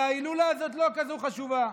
ההילולה הזאת לא כזאת חשובה.